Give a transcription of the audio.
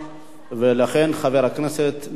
חבר הכנסת נסים זאב,